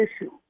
issue